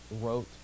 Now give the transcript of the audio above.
wrote